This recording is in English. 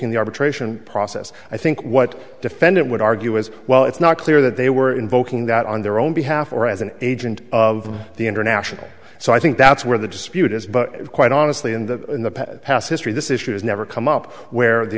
ing the arbitration process i think what defendant would argue as well it's not clear that they were invoking that on their own behalf or as an agent of the international so i think that's where the dispute is but quite honestly in the past history this issue has never come up where the